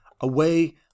away